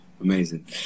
Amazing